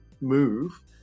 move